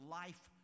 life